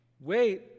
Wait